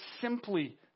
simply